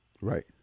Right